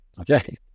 okay